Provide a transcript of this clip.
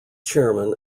chairman